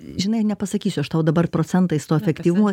žinai nepasakysiu aš tau dabar procentais to efektyvumo